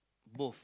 both